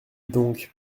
donc